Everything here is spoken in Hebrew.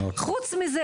מלבד זאת,